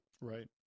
Right